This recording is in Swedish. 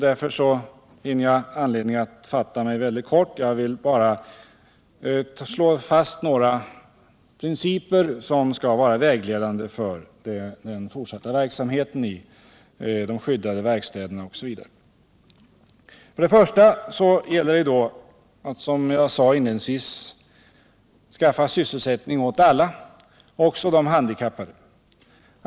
Därför finner jag anledning att fatta mig mycket kort. Jag vill bara slå fast några principer som skall vara vägledande för den fortsatta verksamheten i de skyddade verkstäderna osv. 1. Som jag sade inledningsvis gäller sysselsättning åt alla också de handikappade.